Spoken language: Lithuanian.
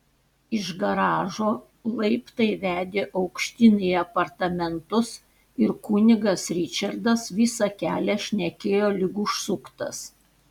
iš garažo laiptai vedė aukštyn į apartamentus ir kunigas ričardas visą kelią šnekėjo lyg užsuktas